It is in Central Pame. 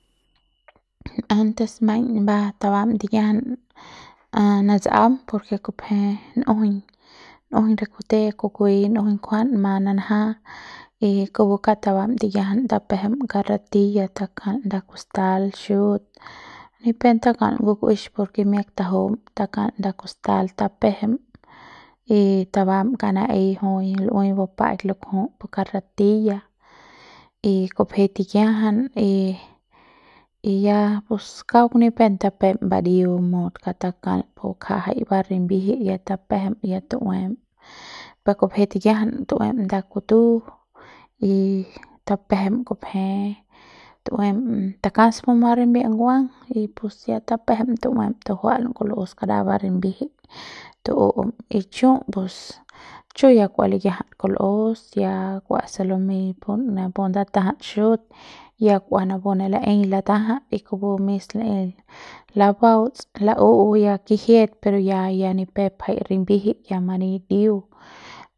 antes maiñ ba taba tikiajam a natsam por ke kupje njuiñ njuiñ re kute kukueiñ njuiñ kujuat ma nanja y kupu kaung tabam tikijian tpejem carretilla takal nda kustal xut ni pep takal ngukuex por ke miak tajum takal nda kustal tapejem tabam kauk na'i jui lu'ui bupa'aik lukjui pu carretilla y kupje tikiajan y y ya pus kauk ni pep tapem bariu mut kaung takal pubakja jai ba ripbi'jik y ya tapejem y ya tu'uem per kupje tikiajan tu'um nda kutu y tapjem kupje tu'um takas puma rimbiep nguang y pus ya tapjem tu'uem tujua'an kul'us kara ba ribijik y tu'um y chu pus chu ya kua likia'jat kul'us ya kua se lumei napu ndata'jat xut ya kua napu ne la'ei lata'jat y kupu mis la'ei laba'auts lau'u y ya kijiet per ya ya ni pep jai rabijik ya mani ndiu y